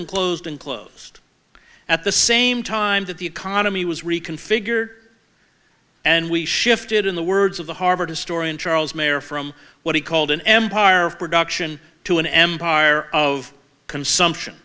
and closed and closed at the same time that the economy was reconfigured and we shifted in the words of the harvard historian charles mayer from what he called an empire of production to an empire of consumption